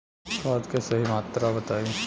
खाद के सही मात्रा बताई?